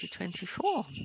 2024